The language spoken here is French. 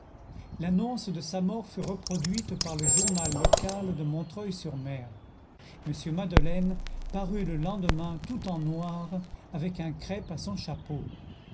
l'annonce de sa mort fut reproduite par le journal local de montreuil sur mer m madeleine parut le lendemain tout en noir avec un crêpe à son chapeau